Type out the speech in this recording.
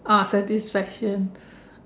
oh satisfaction